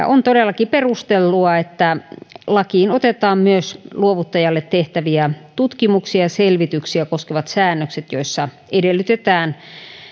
on todellakin perusteltua että lakiin otetaan myös luovuttajalle tehtäviä tutkimuksia ja selvityksiä koskevat säännökset joissa edellytetään